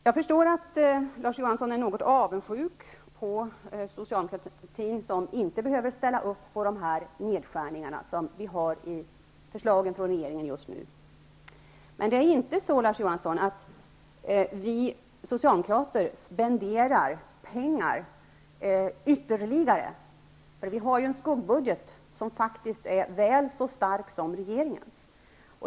Jag förstår att Larz Johansson är något avundsjuk på Socialdemokraterna, som inte behöver ställa upp på de nedskärningar som finns i regeringens förslag just nu. Men vi socialdemokrater spenderar inte ytterligare pengar, Larz Johansson. Vi har en skuggbudget som faktiskt är väl så stark som regeringens.